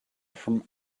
from